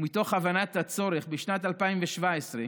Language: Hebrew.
ומתוך הבנת הצורך בשנת 2017,